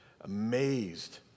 amazed